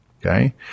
okay